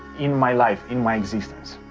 in my life, in my existence?